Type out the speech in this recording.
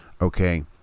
okay